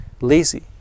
lazy